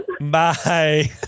Bye